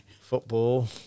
football